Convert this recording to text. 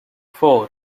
four